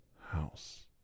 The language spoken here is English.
house